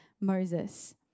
Moses